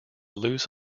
loose